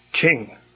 king